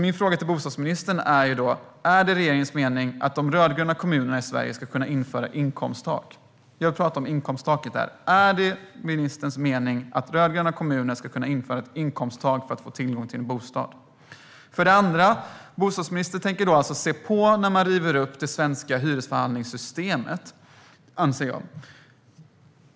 Min fråga till bostadsministern är: Är det regeringens mening att de rödgröna kommunerna i Sverige ska kunna införa ett inkomsttak för att människor ska få tillgång till en bostad? För det andra: Jag anser att bostadsministern tänker se på när man river upp det svenska hyresförhandlingssystemet.